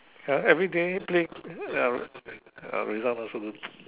uh everyday play uh her result not so good